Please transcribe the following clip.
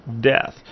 death